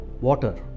water